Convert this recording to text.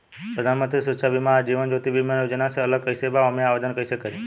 प्रधानमंत्री सुरक्षा बीमा आ जीवन ज्योति बीमा योजना से अलग कईसे बा ओमे आवदेन कईसे करी?